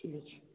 ଠିକ୍ ଅଛି